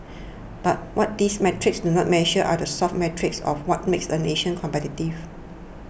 but what these metrics do not measure are the soft metrics of what makes a nation competitive